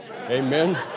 Amen